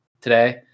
today